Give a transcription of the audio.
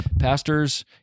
pastors